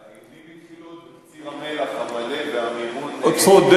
האיומים התחילו עוד בקציר המלח המלא, צודק.